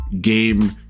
game